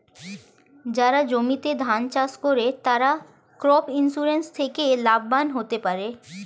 যারা জমিতে ধান চাষ করে তারা ক্রপ ইন্সুরেন্স থেকে লাভবান হতে পারে